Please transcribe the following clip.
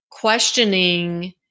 Questioning